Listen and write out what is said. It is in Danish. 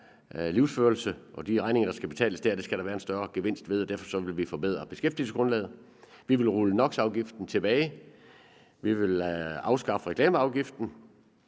livsførelse og for de regninger, der skal betales der. Det skal der være en større gevinst ved, og derfor vil vi forhøje beskæftigelsesfradraget. Vi vil rulle NOx-afgiften tilbage. Vi vil afskaffe reklameafgiften.